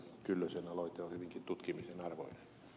kyllösen aloite on hyvinkin tutkimisen arvoinen